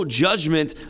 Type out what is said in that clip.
judgment